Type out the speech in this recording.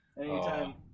Anytime